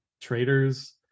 traders